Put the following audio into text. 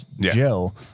Jail